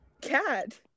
Cat